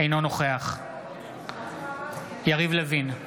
אינו נוכח יריב לוין,